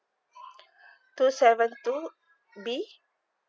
two seven two B